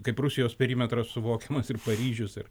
kaip rusijos perimetras suvokiamas ir paryžius ir